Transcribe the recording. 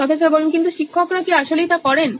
professor কিন্তু শিক্ষকরা কি আসলেই তা করেন